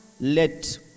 let